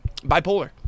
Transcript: bipolar